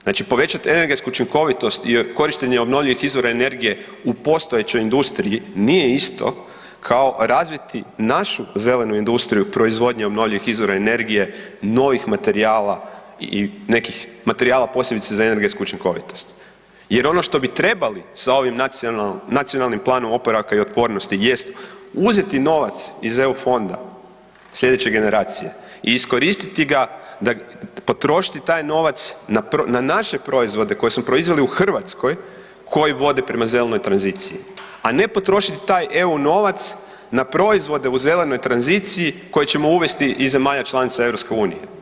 Znači povećat energetsku učinkovitost i korištenje obnovljivih izvora energije u postojećoj industriji nije isto kao razviti našu zelenu industriju proizvodnjom obnovljivih izvora energije, novih materijala i nekih materijala posebice za energetsku učinkovitost jer ono što bi trebali sa ovim Nacionalnim planom oporavaka i otpornosti jest uzeti novac iz EU fonda slijedeće generacije i iskoristiti ga, potrošiti taj novac na naše proizvode koje smo proizveli u Hrvatskoj, koji vode prema zelenoj tranziciji, a ne potrošiti taj EU novac na proizvode u zelenoj tranziciji koje ćemo uvesti iz zemalja članica EU.